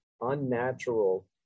unnatural